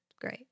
great